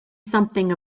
something